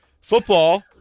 Football